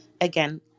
again